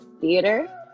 theater